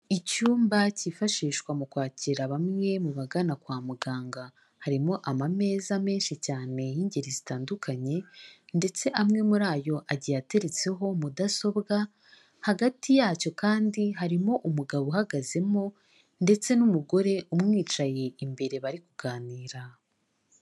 Icyumba cy'ifashishwa mu kwakira bamwe mu bagana kwa muganga, harimo amameza menshi cyane y'ingeri zitandukanye, ndetse amwe muri ayo agiye ateretseho mudasobwa, hagati yacyo kandi harimo umugabo uhagazemo, ndetse n'umugore umwicaye imbere bari kuganira.